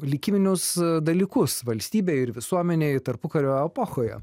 likiminius dalykus valstybei ir visuomenei tarpukario epochoje